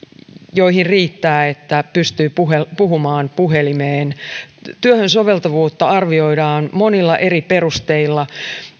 joihin riittää että pystyy puhumaan puhumaan puhelimeen työhön soveltuvuutta arvioidaan monilla eri perusteilla